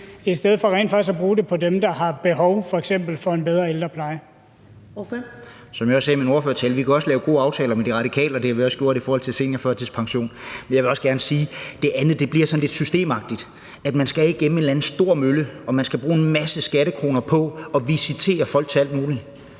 en bedre ældrepleje. Kl. 11:00 Første næstformand (Karen Ellemann): Ordføreren. Kl. 11:00 René Christensen (DF): Som jeg sagde i min ordførertale, kan vi også lave gode aftaler med De Radikale, og det har vi også gjort i forhold til seniorførtidspension. Men jeg vil også gerne sige, at det bliver sådan lidt systemagtigt: Man skal igennem en eller anden stor mølle, og vi skal bruge en masse skattekroner på at visitere folk til alt muligt.